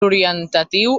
orientatiu